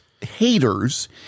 haters